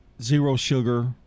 zero-sugar